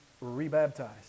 rebaptized